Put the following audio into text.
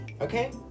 okay